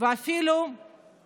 הוא שהם אפילו מאוד,